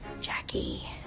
Jackie